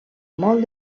molt